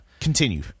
Continue